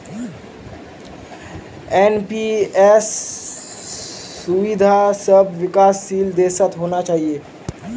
NPS सुविधा सब विकासशील देशत होना चाहिए